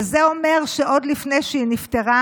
וזה אומר שעוד לפני שהיא נפטרה,